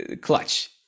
Clutch